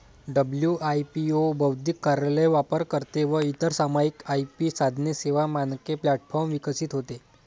WIPO बौद्धिक कार्यालय, वापरकर्ते व इतर सामायिक आय.पी साधने, सेवा, मानके प्लॅटफॉर्म विकसित होते